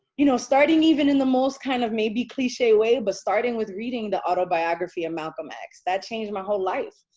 you know, starting even in the most kind of maybe cliche way, but starting with reading the autobiography of malcolm x. that changed my whole life.